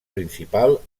principal